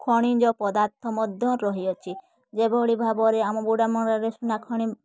ଖଣିଜ ପଦାର୍ଥ ମଧ୍ୟ ରହିଅଛି ଯେଭଳି ଭାବରେ ଆମ ଗୁଡ଼ାମରାରେ ସୁନା ଖଣି